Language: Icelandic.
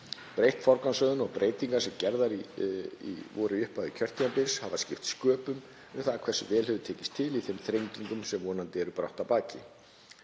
Breytt forgangsröðun og breyting sem gerð var í upphafi kjörtímabilsins hefur skipt sköpum um það hversu vel hefur tekist til í þeim þrengingum sem vonandi eru brátt að baki.